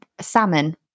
salmon